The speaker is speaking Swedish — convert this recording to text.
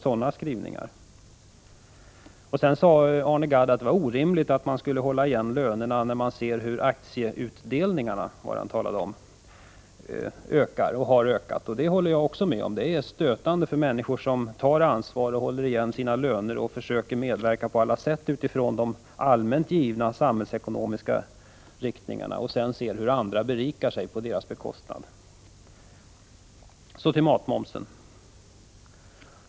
Sedan sade Arne Gadd att det var orimligt att man skulle hålla igen lönerna, när man ser hur aktieutdelningarna har ökat och ökar. Det håller jag också med om. Det är stötande för människor som tar ansvar och håller igen sina löner och försöker medverka på alla sätt utifrån de allmänt givna samhällsekonomiska riktlinjerna att se hur andra berikar sig på deras bekostnad. Så till matmomsen.